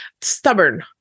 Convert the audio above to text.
Stubborn